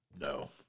No